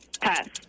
Pass